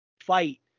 fight